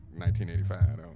1985